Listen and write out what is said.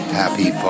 happy